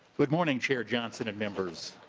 good morning chair johnson and members.